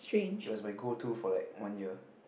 it was my go to for like one year